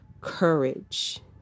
courage